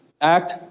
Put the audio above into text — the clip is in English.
Act